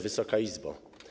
Wysoka Izbo!